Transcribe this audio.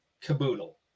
caboodle